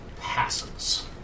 passes